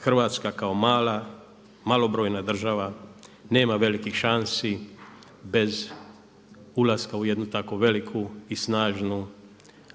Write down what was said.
Hrvatska kao mala malobrojna država nema velikih šansi bez ulaska u jednu tako veliku i snažnu